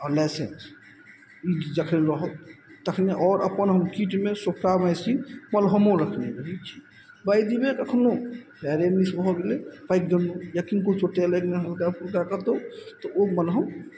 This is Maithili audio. आओर लाइसेंस ई जखन रहत तखने आओर अपन हम कीटमे सोफ्रामाइसीन मलहमो रखने रहय छी बाइ द वे कखनो पयरे मिस भऽ गेलय पाकि गेलहुँ या किनको चोटे लागि गेलनि हल्का फुल्का कतहु तऽ ओ मलहम